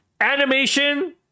Animation